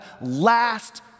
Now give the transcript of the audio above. last